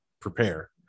prepare